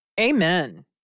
Amen